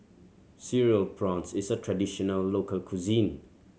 Cereal Prawns is a traditional local cuisine